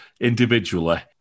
individually